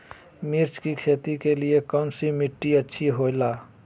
मिर्च की खेती के लिए कौन सी मिट्टी अच्छी होईला?